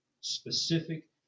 specific